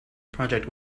project